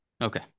Okay